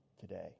today